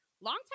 Longtime